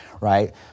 right